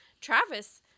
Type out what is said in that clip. Travis